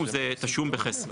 זה בסדר.